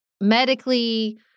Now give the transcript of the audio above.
medically